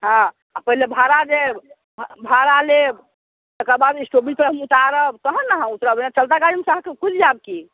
हाँ आओर पहिले भाड़ा देब भाड़ा लेब तकर बाद स्टॉपिज तरहि उतारब तहन ने अहाँ उतरब नहि तऽ चलता गाड़ीमे सँ अहाँ कुदि जायब की